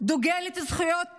דוגלת בזכויות האדם,